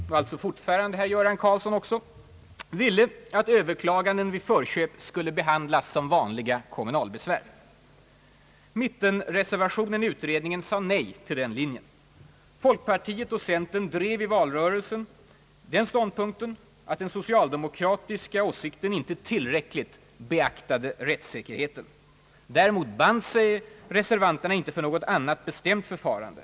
— fortfarande också med. herr ; Göran Karlsson — ville att överklaganden. vid förköp skulle behandlas. som : vanliga kommunalbesvär. PU leda Mittenreservationen :i. utredningen sade nej till den linjen. Folkpartiet och centern drev i valrörelsen den linjen att den socialdemokratiska ståndpunkten inte tillräckligt beaktade rättssäkerheten. Däremot band sig reservanterna inte för något annat förfarande.